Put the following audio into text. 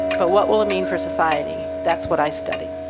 but what will it mean for society? that's what i study.